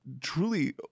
truly